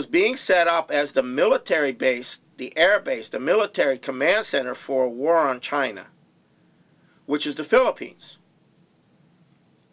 was being set up as the military base the air base the military command center for war on china which is the philippines